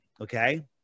okay